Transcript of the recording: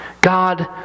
God